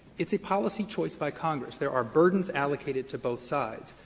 it's a policy choice by congress. there are burdens allocated to both sides,